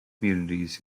communities